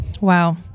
Wow